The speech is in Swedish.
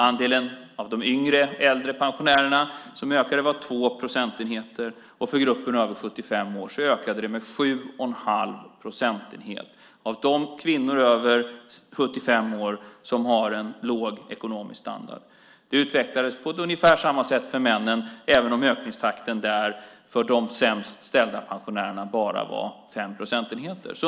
Bland de yngre pensionärerna ökade andelen med låg ekonomisk standard med 2 procentenheter, och för kvinnor över 75 år ökade den med 7 1⁄2 procentenheter. Det utvecklades på ungefär samma sätt för männen, även om ökningstakten där för de sämst ställda pensionärerna bara var 5 procentenheter.